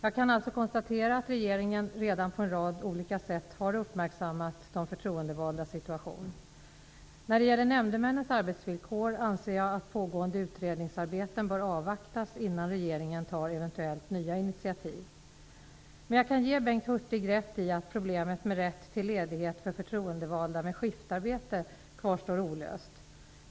Jag skall alltså konstatera, att regeringen redan på en rad olika sätt har uppmärksammat de förtroendevaldas situation. När det gäller nämndemännens arbetsvillkor anser jag att pågående utredningsarbeten bör avvaktas innan regeringen tar eventuellt nya initiativ. Jag kan ge Bengt Hurtig rätt i att problemet med rätt till ledighet för förtroendevalda med skiftarbete kvarstår olöst.